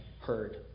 heard